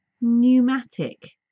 pneumatic